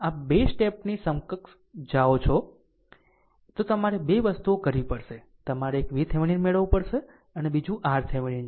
આમ જો તમે આ 2 સ્ટેપની સમકક્ષ જાઓ છો તો તમારે 2 વસ્તુઓ કરવી પડશે તમારે એક VThevenin મેળવવું પડશે બીજું RThevenin છે